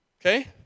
Okay